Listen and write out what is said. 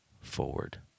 forward